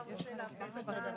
אני מבקש מהיועץ המשפטי שלנו,